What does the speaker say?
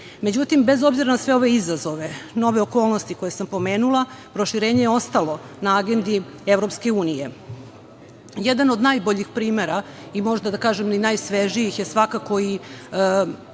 Međutim, bez obzira na sve ove izazove, nove okolnosti koje sam pomenula, proširenje je ostalo na agendi EU.Jedan od najboljih primera i možda da kažem najsvežijih je svakako i